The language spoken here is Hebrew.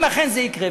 אם זה יקרה,